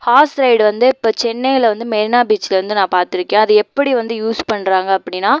hours ride வந்து இப்போ சென்னையில வந்து மெரினா பீசில் வந்து நான் பார்த்துருக்கேன் அது வந்து எப்படி வந்து யூஸ் பண்ணுறாங்க அப்படின்னா